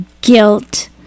guilt